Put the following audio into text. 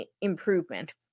Improvement